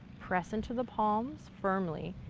press into the palms firmly.